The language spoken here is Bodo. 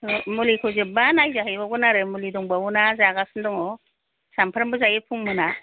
मुलिखौ जोबबा नायजाहैबावगोन आरो मुलि दंबावोना जागासिनो दङ सानफ्रोमबो जायो फुं मोना